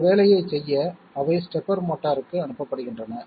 இந்த வேலையைச் செய்ய அவை ஸ்டெப்பர் மோட்டாருக்கு அனுப்பப்படுகின்றன